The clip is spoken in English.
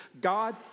God